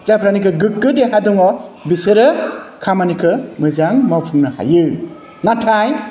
जायफ्रानिकि गोग्गो देहा दङ बिसोरो खामानिखौ मोजां मावफुंनो हायो नाथाय